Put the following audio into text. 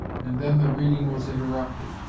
and then the reading was interrupted.